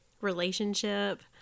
relationship